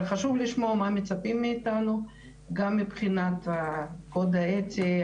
אבל חשוב לשמוע מה מצפים מאיתנו גם מבחינת הקוד האתי,